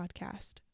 podcast